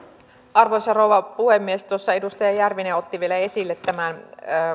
arvoisa rouva puhemies edustaja järvinen otti vielä esille tämän